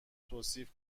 توصیف